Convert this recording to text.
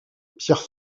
pierre